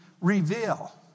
reveal